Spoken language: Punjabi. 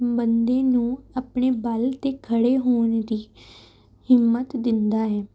ਬੰਦੇ ਨੂੰ ਆਪਣੇ ਬਲ 'ਤੇ ਖੜ੍ਹੇ ਹੋਣ ਦੀ ਹਿੰਮਤ ਦਿੰਦਾ ਹੈ